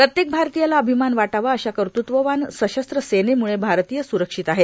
प्रत्येक भारतीयाला अभिमान वाटावा अशा कर्तृत्ववान सशस्त्र सेनेम्ळे भारतीय स्रक्षित आहेत